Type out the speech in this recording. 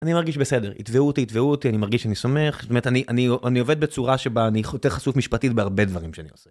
אני מרגיש בסדר, יתבעו אותי, יתבעו אותי, אני מרגיש שאני סומך, זאת אומרת אני עובד בצורה שבה אני יותר חשוף משפטית בהרבה דברים שאני עושה.